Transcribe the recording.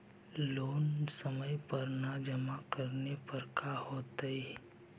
Loan समय पर न जमा करला पर का होतइ?